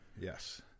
Yes